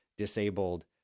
disabled